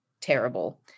terrible